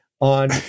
on